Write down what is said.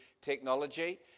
technology